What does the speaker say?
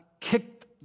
kicked